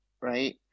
right